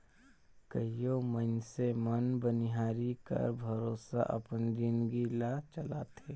कइयो मइनसे मन बनिहारी कर भरोसा अपन जिनगी ल चलाथें